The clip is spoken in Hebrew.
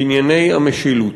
בענייני המשילות.